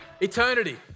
Eternity